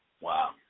Wow